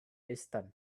distance